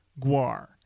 Guar